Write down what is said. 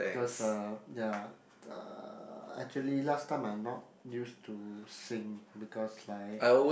because uh ya uh actually last time I not used to sing because like